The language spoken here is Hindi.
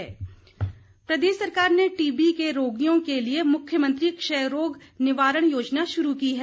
टीबी रोग प्रदेश सरकार ने टीबी के रोगियों के लिए मुख्यमंत्री क्षय रोग निवारण योजना शुरू की है